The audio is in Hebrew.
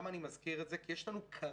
אני מזכיר את זה כי יש לנו כרגע,